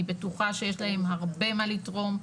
אני בטוחה שיש להם הרבה מה לתרום,